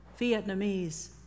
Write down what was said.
Vietnamese